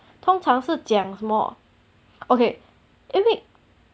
通常是讲什么 okay anyway